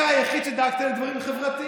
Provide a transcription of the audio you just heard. אתה היחיד שדאג לדברים חברתיים.